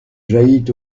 jaillit